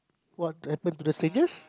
what happen to the saviors